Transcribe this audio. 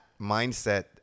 mindset